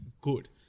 good